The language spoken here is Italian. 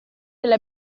delle